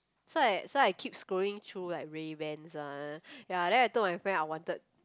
so I so I keep scrolling through like Ray Ban ah ya then I told my friend I wanted